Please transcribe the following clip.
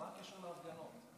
מה הקשר להפגנות?